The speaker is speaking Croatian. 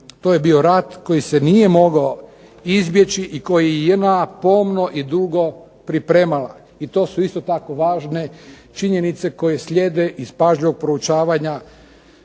To je bio rat koji se nije mogao izbjeći i koji je JNA pomno i dugo pripremala. I to su isto tako važne činjenice koje slijede iz pažljivog proučavanja